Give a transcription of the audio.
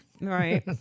Right